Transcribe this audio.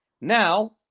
Now